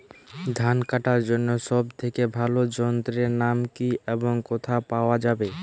ধান কাটার জন্য সব থেকে ভালো যন্ত্রের নাম কি এবং কোথায় পাওয়া যাবে?